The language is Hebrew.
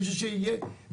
מישהו שיהיה,